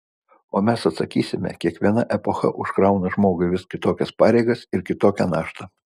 o mes atsakysime kiekviena epocha užkrauna žmogui vis kitokias pareigas ir kitokią naštą